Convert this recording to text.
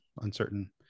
uncertain